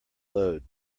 load